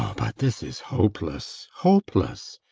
but this is hopeless, hopeless!